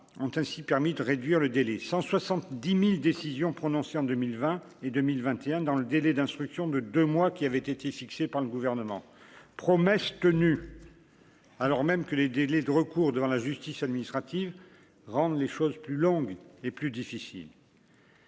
ont ainsi permis de réduire le délai 170000 décision prononcée en 2020 et 2021 dans le délai d'instruction de de moi qui avait été fixé par le gouvernement, promesse tenue, alors même que les délais de recours devant la justice administrative rendent les choses plus longue et plus difficile.